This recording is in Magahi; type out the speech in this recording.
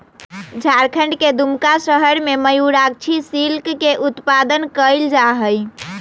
झारखंड के दुमका शहर में मयूराक्षी सिल्क के उत्पादन कइल जाहई